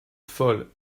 folle